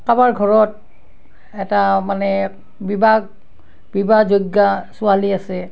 কাৰোবাৰ ঘৰত এটা মানে বিবাহ বিবাহ যোগ্যা ছোৱালী আছে